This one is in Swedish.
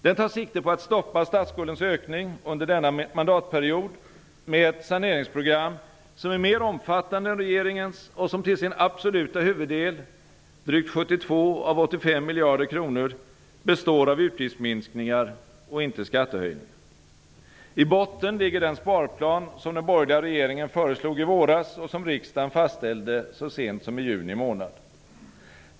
Den tar sikte på att stoppa statsskuldens ökning under denna mandatperiod med ett saneringsprogram som är mer omfattande än regeringens och som till sin absoluta huvuddel - drygt 72 av 85 miljarder kronor - består av utgiftsminskningar och inte skattehöjningar. I botten ligger den sparplan som den borgerliga regeringen föreslog i våras och som riksdagen fastställde så sent som i juni månad.